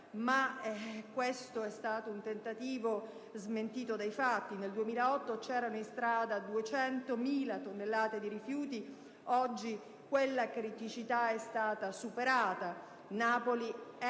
ma questo tentativo è smentito dai fatti: nel 2008 c'erano in strada 200.000 tonnellate di rifiuti, oggi quella criticità è stata superata. Napoli è